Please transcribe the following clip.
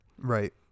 Right